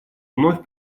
вновь